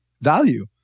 value